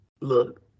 look